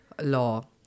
law